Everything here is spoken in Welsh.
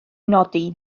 nodi